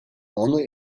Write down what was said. only